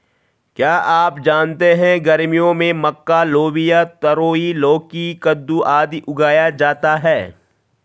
क्या आप जानते है गर्मियों में मक्का, लोबिया, तरोई, लौकी, कद्दू, आदि उगाया जाता है?